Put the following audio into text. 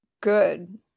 Good